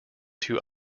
two